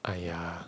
!aiya!